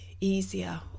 easier